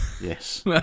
Yes